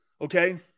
Okay